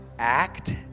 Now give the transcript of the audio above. Act